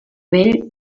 vell